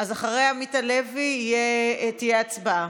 אז אחרי עמית הלוי תהיה הצבעה.